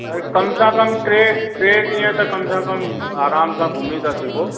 अरे कम सां कम टे टे ॾींहं त कम सां कम आराम आं घुमी था सघो